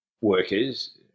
workers